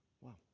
wow